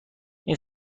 این